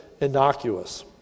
innocuous